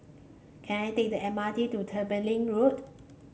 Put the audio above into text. can I take the M R T to Tembeling Road